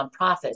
nonprofits